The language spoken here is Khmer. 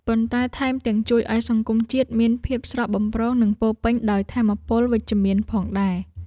ប៉ុន្តែថែមទាំងជួយឱ្យសង្គមជាតិមានភាពស្រស់បំព្រង និងពោរពេញដោយថាមពលវិជ្ជមានផងដែរ។